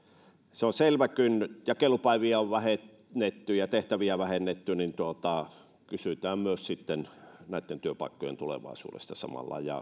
se on selvä että kun jakelupäiviä on vähennetty ja tehtäviä vähennetty niin kysytään myös näiden työpaikkojen tulevaisuudesta ja